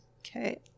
Okay